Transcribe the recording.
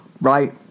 right